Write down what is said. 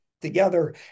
together